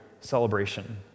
celebration